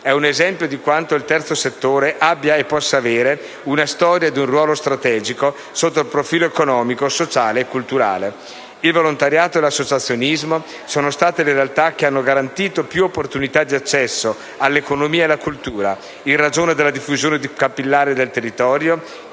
è un esempio di quanto il terzo settore abbia e possa avere una storia e un ruolo strategico sotto il profilo economico, sociale e culturale. Il volontariato e l'associazionismo sono state le realtà che hanno garantito più opportunità di accesso all'economia e alla cultura, in ragione della diffusione capillare nel territorio,